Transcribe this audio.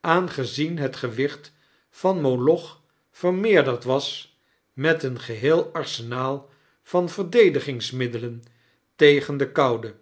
aangezien het gewicht van moloch vermeerderd was met een geheel arsenaal van verdedigingsmiddelen tegen de koude